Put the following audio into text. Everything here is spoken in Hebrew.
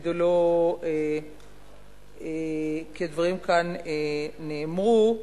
כי הדברים נאמרו כאן.